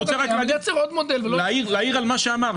לייצר עוד מודל --- רגע להעיר על מה שאמרת,